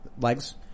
legs